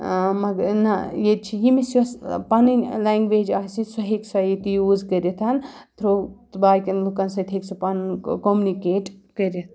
مگر نہ ییٚتہِ چھِ یٔمِس یۄس پَنٕںۍ لٮ۪نٛگویج آسہِ سُہ ہیٚکہِ سۄ ییٚتہِ یوٗز کٔرِتھ تھرٛوٗ باقٕیَن لُکَن سۭتۍ ہیٚکہِ سُہ پَنُن کوٚمنِکیٹ کٔرِتھ